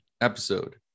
episode